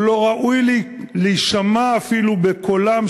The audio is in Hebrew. הוא לא ראוי להישמע כקולם,